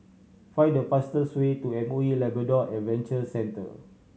find the fastest way to M O E Labrador Adventure Centre